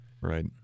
Right